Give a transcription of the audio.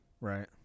Right